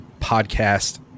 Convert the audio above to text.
podcast